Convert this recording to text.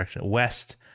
west